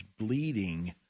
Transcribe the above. bleeding